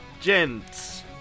Gents